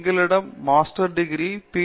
எங்களிடம் master degree மற்றும் B